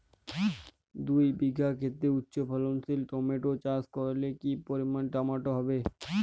দুই বিঘা খেতে উচ্চফলনশীল টমেটো চাষ করলে কি পরিমাণ টমেটো হবে?